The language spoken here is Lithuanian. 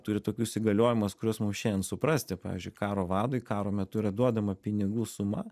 turi tokius įgaliojimus kuriuos mum šiandien suprasti pavyzdžiui karo vadui karo metu yra duodama pinigų suma